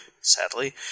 sadly